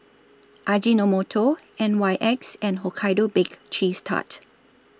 Ajinomoto N Y X and Hokkaido Baked Cheese Tart